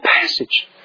passage